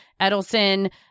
Edelson